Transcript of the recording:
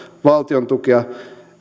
valtiontukea